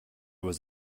was